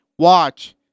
Watch